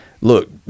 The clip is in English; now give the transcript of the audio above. Look